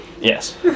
Yes